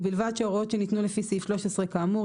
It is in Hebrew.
ובלבד שההוראות שניתנו לפי סעיף 13 כאמור,